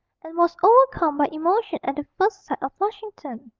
and was overcome by emotion at the first sight of flushington.